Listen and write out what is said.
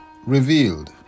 revealed